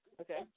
okay